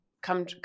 come